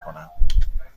کنم